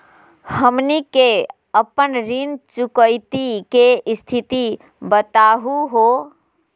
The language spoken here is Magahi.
हमनी के अपन ऋण चुकौती के स्थिति बताहु हो?